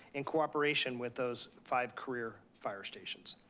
in cooperation with those five career fire stations.